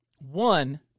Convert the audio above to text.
one